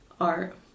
art